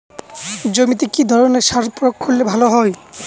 জমিতে কি ধরনের সার প্রয়োগ করলে ভালো হয়?